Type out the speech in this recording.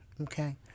Okay